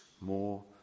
more